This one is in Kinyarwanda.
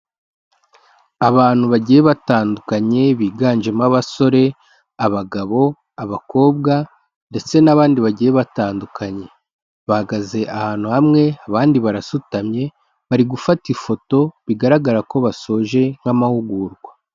Abantu bagiye batandukanye biganjemo abasore, abagabo, abakobwa ndetse n'abandi bagiye batandukanye. Bahagaze ahantu hamwe abandi barasutamye, bari gufata ifoto bigaragara ko basoje nk'amahugurwa.